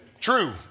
True